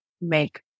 make